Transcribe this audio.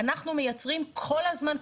אנחנו מייצרים כל הזמן,